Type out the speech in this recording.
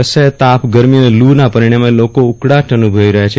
અસહ્ય તાપ ગરમી અને લુના પરિણામે લોકો ઉકળાટ અનુભવી રહ્યા છે